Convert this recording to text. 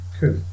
cool